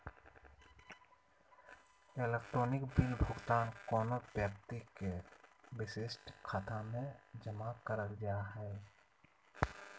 electronic bill भुगतान कोनो व्यक्ति के विशिष्ट खाता में जमा करल जा हइ